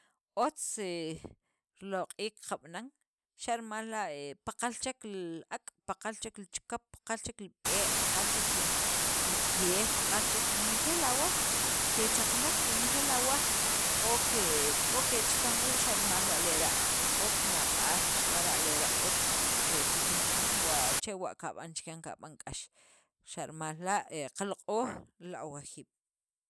Otz he riloq'iik kab'anan, xa' rimal la' he paqal chek ll li ak', paqal chek li chikap, paqal chek li b'e', paqal chek li kej, paqal chek renejeel awaj, kechakanek, renejeel awaj k'o ke k'o kechakan wii' xa' rimal la' lera', k'o kina'b'al xaqara' lera' k'okek kikna'an wa chewa' kab'an chikyan, kab'an k'ax chikya xa' rimal la' qaloq'oj li awajib'.